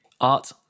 art